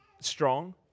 strong